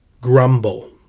grumble